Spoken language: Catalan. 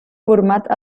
format